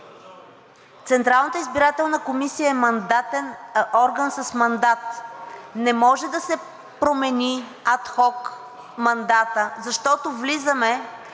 Централната избирателна комисия е мандатен орган. Не може да се промени ад хок мандатът, защото влизаме